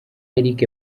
eric